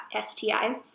STI